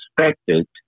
expected